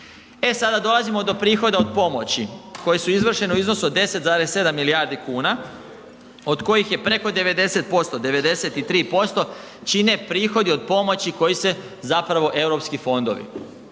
E sada dolazimo do prihoda od pomoći koji su izvršeni u iznosu od 10,7 milijardi kuna, od kojih je preko 90%, 93% čine prihodi od pomoći koji su zapravo Europski fondovi.